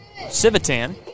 Civitan